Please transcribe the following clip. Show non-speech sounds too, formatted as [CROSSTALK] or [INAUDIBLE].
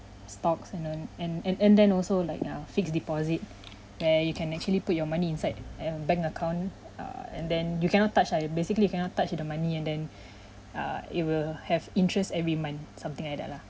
stocks you know and and and then also like uh fixed deposit where you can actually put your money inside and bank account (err)and then you cannot touch ah basically you cannot touch the money and then [BREATH] err it will have interest every month something like that lah